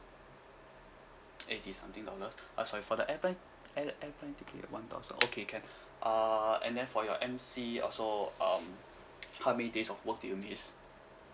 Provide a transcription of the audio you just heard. eighty something dollars uh sorry for the airplane air~ airplane ticket one thousand okay can uh and then for your M_C also um how many days of work did you miss